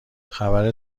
خبر